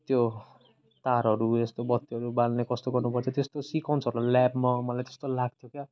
त्यो तारहरू यस्तो बत्तीहरू बाल्ने कस्तो गर्नुपर्छ त्यस्तो सिकाउँछ हो ल्याबमा मलाई त्यस्तो लाग्थ्यो क्या